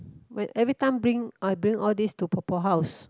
when every time bring I bring all these to 婆婆 house